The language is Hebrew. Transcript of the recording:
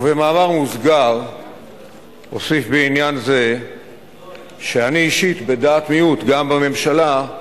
ובמאמר מוסגר אוסיף בעניין זה שאני אישית בדעת מיעוט גם בממשלה,